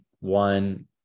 one